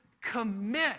commit